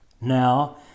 Now